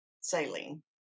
saline